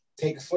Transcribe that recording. take